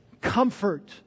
comfort